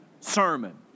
sermon